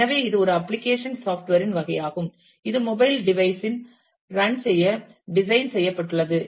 எனவே இது ஒரு அப்ளிகேஷன் சாப்ட்வேர் இன் வகையாகும் இது மொபைல் டிவைஸ் இன் ரன் செய்ய டிசைன் செய்யப்பட்டுள்ளது